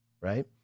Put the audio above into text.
right